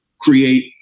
create